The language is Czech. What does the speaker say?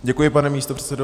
Děkuji, pane místopředsedo.